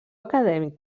acadèmic